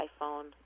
iPhone